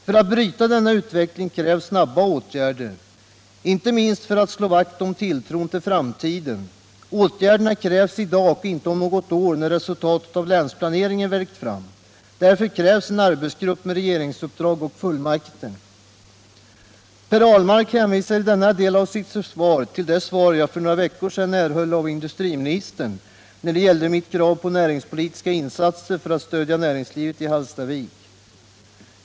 För att bryta denna utveckling krävs snara åtgärder, inte minst för att slå vakt om tilltron till framtiden. Åtgärderna krävs i dag och inte om något år, när resultatet av länsplaneringen värkt fram. Därför krävs en arbetsgrupp med regeringsuppdrag och fullmakter. Per Ahlmark hänvisar i denna del av sitt svar till det svar jag för några veckor sedan erhöll av industriministern när det gällde mitt krav på näringspolitiska insatser för att stödja näringslivet i Hallstavik.